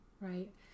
Right